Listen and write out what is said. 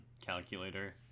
calculator